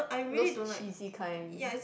those cheesy kind